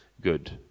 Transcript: good